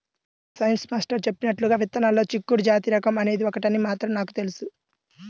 science master చెప్పినట్లుగా విత్తనాల్లో చిక్కుడు జాతి రకం అనేది ఒకటని మాత్రం నాకు తెలుసు